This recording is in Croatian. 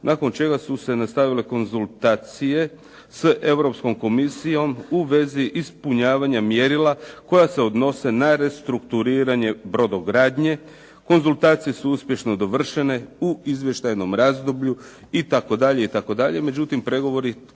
nakon čega su se nastavile konzultacije s Europskom komisijom u vezi ispunjavanja mjerila koja se odnose na restrukturiranje brodogradnje. Konzultacije su uspješno dovršene u izvještajnom razdoblju itd.